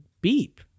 beep